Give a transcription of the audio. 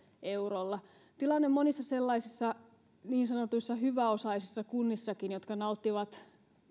eurolla tilanne monissa sellaisissa niin sanotuissa hyväosaisissakin kunnissa jotka nauttivat